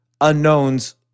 unknowns